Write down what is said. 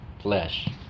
flesh